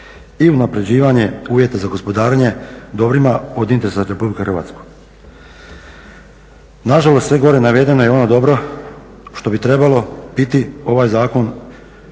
i unapređivanje uvjeta za gospodarenje dobrima od interesa za RH. Nažalost, sve gore navedeno je ono dobro što bi trebalo biti ovaj zakon